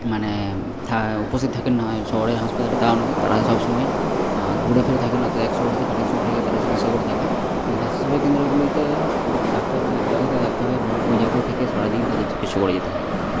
মানে থা উপস্থিত থাকেন না শহরের হাসপাতালে তা নয় তারা সব সময় ঘুরে ফিরে থাকেন নয়তো এক শহরে থেকে আরেক শহরে তার চিকিৎসা করে থাকেন কিন্তু স্বাস্থ্য সেবা কেন্দ্রগুলিতে ডাক্তাররা এক জায়গাতে থাকতে হয় এবং ওই জায়গা থেকে সারাদিন তাদের চিকিৎসা করে যেতে হয়